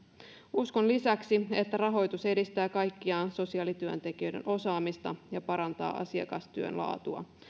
uskon lisäksi että rahoitus edistää kaikkiaan sosiaalityöntekijöiden osaamista ja parantaa asiakastyön laatua